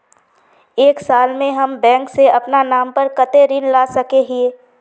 एक साल में हम बैंक से अपना नाम पर कते ऋण ला सके हिय?